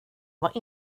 var